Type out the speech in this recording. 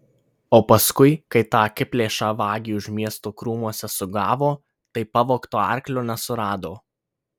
o paskui kai tą akiplėšą vagį už miesto krūmuose sugavo tai pavogto arklio nesurado